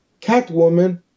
Catwoman